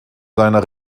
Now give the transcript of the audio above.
seiner